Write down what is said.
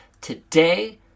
today